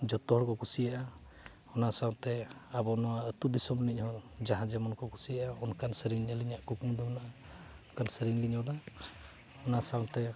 ᱡᱚᱛᱚ ᱦᱚᱲ ᱠᱚ ᱠᱩᱥᱤᱭᱟᱜᱼᱟ ᱚᱱᱟ ᱥᱟᱶᱛᱮ ᱱᱚᱣᱟ ᱟᱵᱚ ᱟᱹᱛᱩ ᱫᱤᱥᱚᱢ ᱨᱤᱱᱤᱡ ᱦᱚᱸ ᱡᱟᱦᱟᱸ ᱡᱮᱢᱚᱱ ᱠᱚ ᱠᱩᱥᱤᱭᱟᱜᱼᱟ ᱚᱱᱠᱟᱱ ᱥᱮᱨᱮᱧ ᱟᱹᱞᱤᱧᱟ ᱚᱱᱠᱟᱱ ᱠᱩᱠᱢᱩ ᱫᱚ ᱢᱮᱱᱟᱜᱼᱟ ᱚᱱᱠᱟᱱ ᱥᱮᱨᱮᱧ ᱞᱤᱧ ᱚᱞᱟ ᱚᱱᱟ ᱥᱟᱶᱛᱮ